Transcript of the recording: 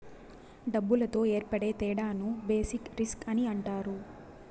డబ్బులతో ఏర్పడే తేడాను బేసిక్ రిస్క్ అని అంటారు